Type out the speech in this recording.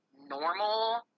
normal